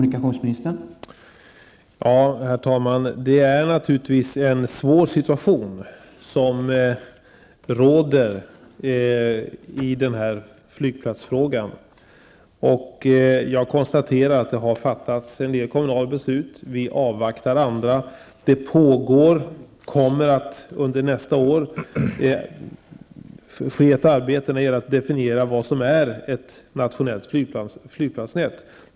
Herr talman! Det är naturligtvis en svår situation som råder i flygplatsfrågan. Jag konstaterar att en del kommunala beslut har fattats. Vi avvaktar andra. Under nästa år kommer ett arbete att ske när det gäller att definiera vad som är ett nationellt flygplatsnät.